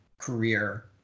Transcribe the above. career